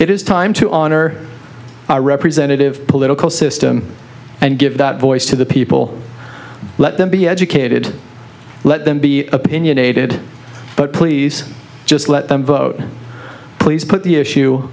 it is time to honor our representative political system and give that voice to the people let them be educated let them be opinionated but please just let them vote please put the issue